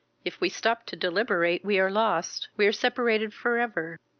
if we stop to deliberate we are lost we are separated for ever!